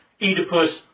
Oedipus